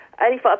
85%